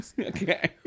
okay